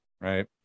right